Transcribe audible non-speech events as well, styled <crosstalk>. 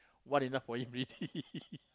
one enough for him already <laughs>